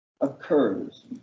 occurs